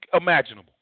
imaginable